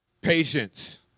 patience